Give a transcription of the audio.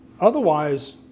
Otherwise